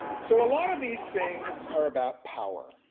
so a lot of these things are about power.